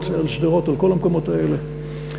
אל שדרות ואל כל המקומות האלה,